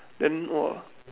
then !wah!